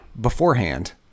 beforehand